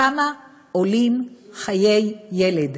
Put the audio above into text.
כמה עולים חיי ילד?